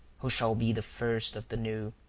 who shall be the first of the new.